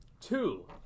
Two